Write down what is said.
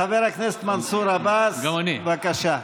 חבר הכנסת מנסור עבאס, בבקשה.